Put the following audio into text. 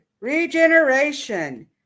regeneration